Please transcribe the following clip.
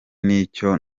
n’icyo